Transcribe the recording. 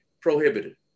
prohibited